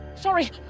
Sorry